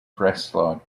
breslau